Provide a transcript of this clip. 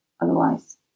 Otherwise